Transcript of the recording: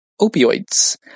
opioids